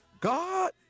God